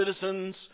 citizens